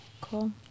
cool